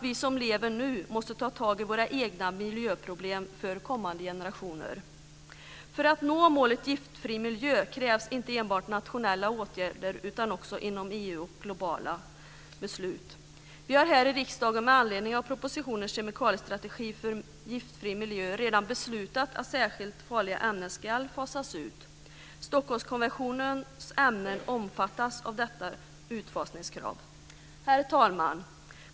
Vi som lever nu måste ta tag i våra egna miljöproblem för kommande generationer. För att nå målet giftfri miljö krävs inte enbart nationella åtgärder utan också åtgärder inom EU och globala beslut. Vi har här i riksdagen med anledning av propositionen Kemikaliestrategi för en giftfri miljö redan beslutat att användningen av särskilt farliga ämnen ska fasas ut. Stockholmskonventionens ämnen omfattas av detta utfasningskrav. Herr talman!